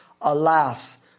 Alas